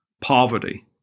poverty